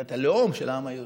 מדינת הלאום של העם היהודי.